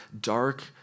dark